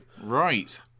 Right